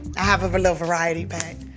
i have a lil' variety pack.